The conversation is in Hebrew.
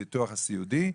הביטוח הסיעודי,